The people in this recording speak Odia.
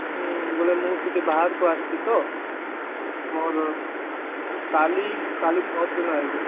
ବୋଲେ ମୁଁ ଟିକେ ବାହାରକୁ ଆସିଛି ତ ମୋର କାଲି କାଲି ପରଦିନ ଆଇବେ